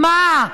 מה?